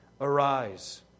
Arise